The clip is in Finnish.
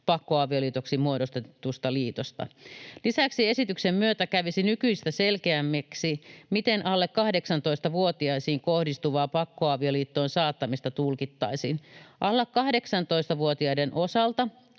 pakkoavioliitoksi muodostuneesta liitosta. Lisäksi esityksen myötä kävisi nykyistä selkeämmäksi, miten alle 18-vuotiaisiin kohdistuvaa pakkoavioliittoon saattamista tulkittaisiin. Alle 18-vuotiaiden osalta